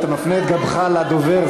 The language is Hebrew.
ואתה מפנה את גבך לדובר,